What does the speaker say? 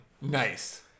Nice